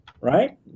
right